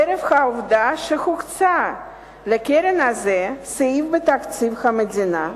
חרף העובדה שהוקצה לקרן הזאת סעיף בתקציב המדינה.